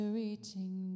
reaching